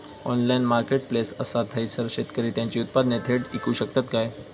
Online marketplace असा थयसर शेतकरी त्यांची उत्पादने थेट इकू शकतत काय?